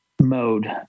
mode